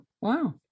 wow